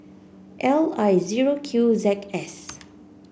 L I zero Q Z S